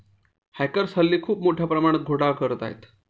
hackers हल्ली खूप मोठ्या प्रमाणात घोटाळा करत आहेत